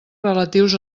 relatius